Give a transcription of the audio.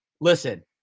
Listen